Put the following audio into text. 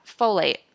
folate